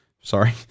sorry